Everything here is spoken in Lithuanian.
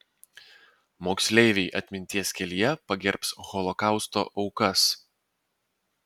moksleiviai atminties kelyje pagerbs holokausto aukas